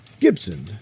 Gibson